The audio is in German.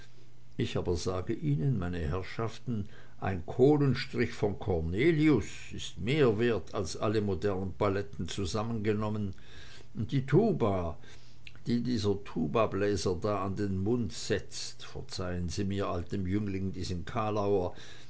ich aber sage ihnen meine herrschaften ein kohlenstrich von cornelius ist mehr wert als alle modernen paletten zusammengenommen und die tuba die dieser tubabläser da an den mund setzt verzeihen sie mir altem jüngling diesen kalauer